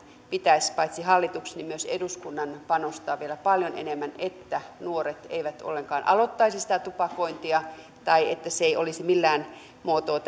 pitäisi paitsi hallituksen niin myös eduskunnan panostaa vielä paljon enemmän että nuoret eivät ollenkaan aloittaisi sitä tupakointia tai että se ei olisi millään muotoa